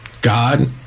God